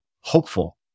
hopeful